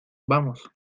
vamos